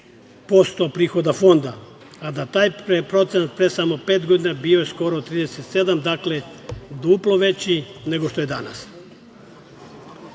50% prihoda fonda, a da je taj procenat pre samo pet godina bio skoro 37, dakle, duplo veći nego što je danas. Sa